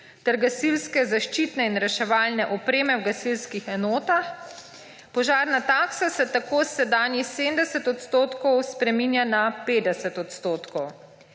ter gasilske zaščitne in reševalne opreme v gasilskih enotah. Požarna taksa se tako s sedanjih 70 odstotkov spreminja na 50 odstotkov.